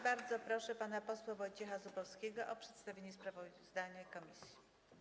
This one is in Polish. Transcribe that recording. Bardzo proszę pana posła Wojciecha Zubowskiego o przedstawienie sprawozdania komisji.